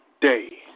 day